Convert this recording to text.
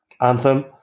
anthem